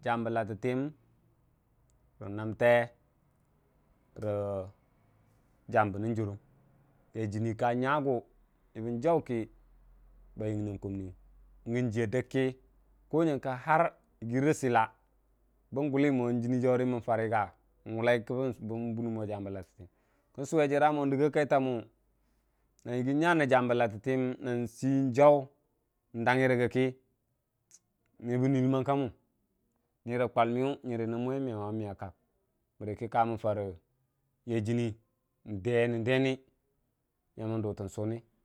jambə lattitəiku re namte ra jambə nəng jurʊm yini ka nyagu yəbəu jam kə ba yənnəng kumniyu, jiya dək kə ku nyənki har yəgirə rə silaa bən gʊlə moi jini jawrə məu jarəga wullai ki bən bʊnən mon jambə lattitəyəm kən suwe jəra mong ndəgi a kaitamum nan yəgin nyan ni jambə lattitəyən nai jaw ndangi rəgəkii mebən ni ləmmang ka mun nirə kwalmiyu nyərə nau wune mewu ba bərəkə kamən farə yai jini ndenən- deni.